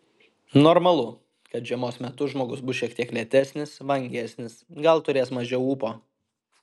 normalu kad žiemos metu žmogus bus šiek tiek lėtesnis vangesnis gal turės mažiau ūpo